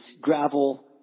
gravel